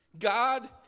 God